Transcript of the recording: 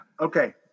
Okay